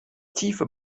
tiefe